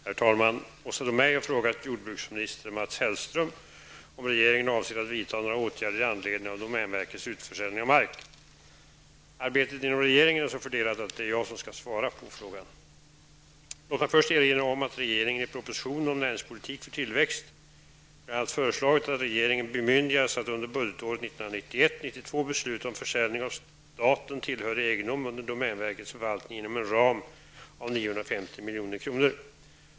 Herr talman! Åsa Domeij har frågat jordbruksminister Mats Hellström om regeringen avser att vidta några åtgärder i anledning av domänverkets utförsäljning av mark. Arbetet inom regeringen är så fördelat att det är jag som skall svara på frågan. Låt mig först erinra om att regeringen i propositionen om näringspolitik för tillväxt (prop. milj.kr.